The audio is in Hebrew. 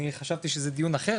אני חשבתי שזה דיון אחר,